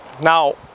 Now